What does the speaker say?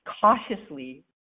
cautiously